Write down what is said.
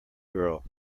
girl